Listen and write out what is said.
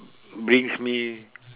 brings me